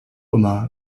immer